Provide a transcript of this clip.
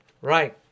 Right